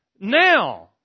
Now